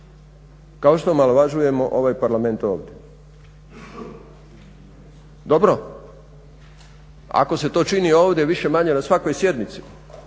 kao što omalovažujemo ovaj Parlament ovdje. Dobro, ako se to čini ovdje više-manje na svakoj sjednici,